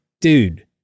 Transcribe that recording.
dude